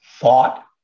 thought